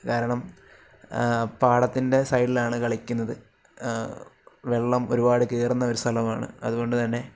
കാരണം പാടത്തിൻ്റെ സൈഡിലാണ് കളിക്കുന്നത് വെള്ളം ഒരുപാട് കയറുന്നൊരു സ്ഥലമാണ് അതുകൊണ്ടുതന്നെ